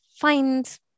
find